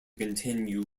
continue